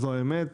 זו האמת.